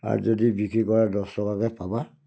আৰু যদি বিক্ৰী কৰা দহ টকাকৈ পাবা